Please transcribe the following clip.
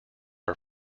are